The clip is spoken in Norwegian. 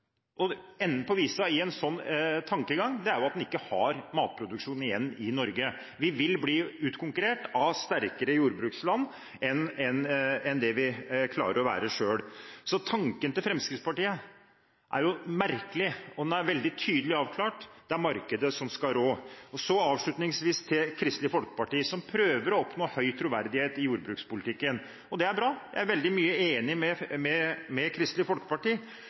det feltet. Enden på visa med en sånn tankegang er at en ikke har matproduksjon igjen i Norge. Vi vil bli utkonkurrert av sterkere jordbruksland enn det vi klarer å være selv. Så tanken til Fremskrittspartiet er merkelig, og den er veldig tydelig avklart: Det er markedet som skal rå. Så avslutningsvis til Kristelig Folkeparti, som prøver å oppnå høy troverdighet i jordbrukspolitikken. Det er bra. Jeg er mye enig med Kristelig Folkeparti.